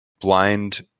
blind